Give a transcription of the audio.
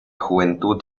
juventud